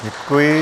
Děkuji.